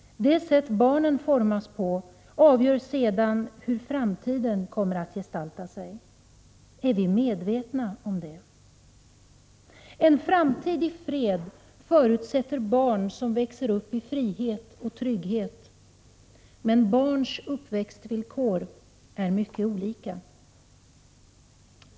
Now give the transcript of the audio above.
Det sätt barnen formas på avgör sedan hur framtiden kommer att gestalta sig. Är vi medvetna om det? En framtid i fred förutsätter barn som växer upp i frihet och trygghet. Men barns uppväxtvillkor är mycket olika.